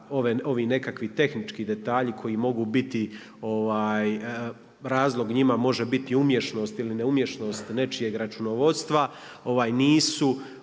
ovi nekakvi tehnički detalji koji mogu biti razlog njima može biti umješnost ili neumješnost nečijeg računovodstva nisu